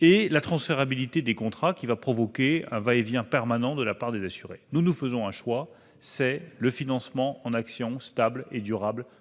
et la transférabilité des contrats, qui provoquerait un va-et-vient permanent de la part des assurés. Nous faisons le choix du financement en actions stable et durable pour notre